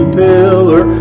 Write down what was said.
pillar